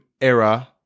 era